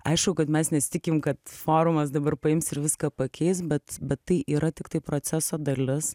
aišku kad mes nesitikim kad forumas dabar paims ir viską pakeis bet bet tai yra tiktai proceso dalis